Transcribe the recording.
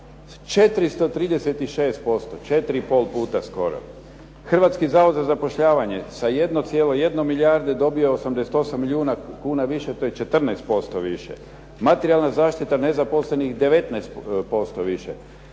i pol puta skoro. Hrvatski zavod za zapošljavanje sa 1,1 milijarde dobio je 88 milijuna kuna više, to je 14% više. Materijalna zaštita nezaposlenih 19% više.